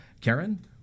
Karen